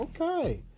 Okay